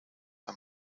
how